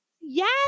Yes